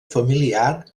familiar